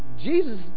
Jesus